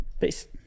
Peace